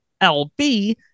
LB